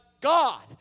God